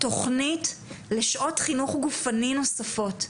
תוכנית לשעות חינוך גופני נוספות,